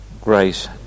grace